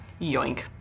Yoink